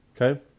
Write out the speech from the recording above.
okay